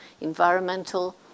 environmental